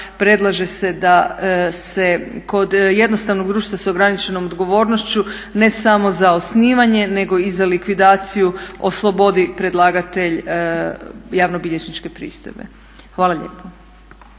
predlaže se da se kod jednostavnog društva s ograničenom odgovornošću ne samo za osnivanje nego i za likvidaciju oslobodi predlagatelj javnobilježničke pristojbe. Hvala lijepa.